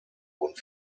wurden